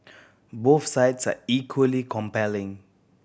both sides are equally compelling